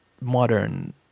modern